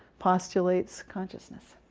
postulates consciousness.